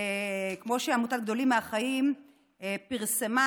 כמו שעמותת "גדולים מהחיים" פרסמה,